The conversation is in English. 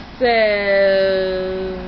says